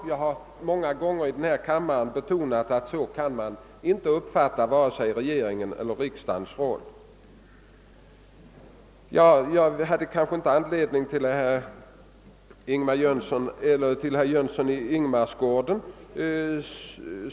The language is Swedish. Jag har många gånger i den här kammaren betonat att man inte kan uppfatta vare sig regeringens eller riksdagens roll på det sättet. Jag har kanske ingen anledning att säga någonting speciellt till herr Jönsson i Ingemarsgården.